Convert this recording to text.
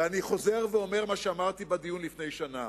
ואני חוזר ואומר מה שאמרתי בדיון לפני שנה.